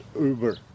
Uber